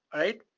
alright?